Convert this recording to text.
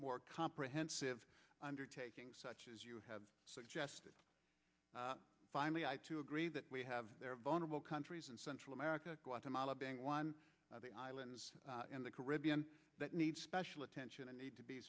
more comprehensive undertaking such as you have suggested finally i too agree that we have there are vulnerable countries in central america guatemala being one of the islands in the caribbean that need special attention and need to be